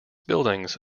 buildings